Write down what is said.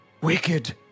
Wicked